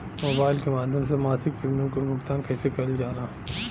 Mobile के माध्यम से मासिक प्रीमियम के भुगतान कैसे कइल जाला?